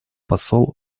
посол